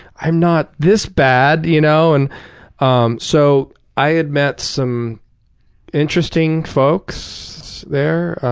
i'm not this bad. you know and um so i had met some interesting folks there.